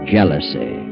Jealousy